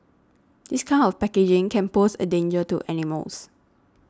this kind of packaging can pose a danger to animals